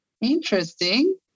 interesting